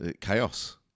chaos